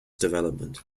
development